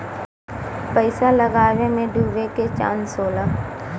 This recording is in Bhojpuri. पइसा लगावे मे डूबे के चांस होला